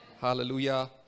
Hallelujah